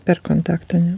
per kontaktąane